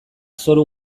zoru